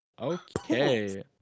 Okay